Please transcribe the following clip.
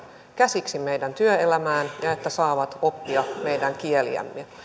käsiksi meidän työelämään ja että he saavat oppia meidän kieliämme ja